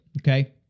Okay